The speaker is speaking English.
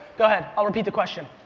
go head, i'll repeat the question.